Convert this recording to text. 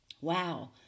wow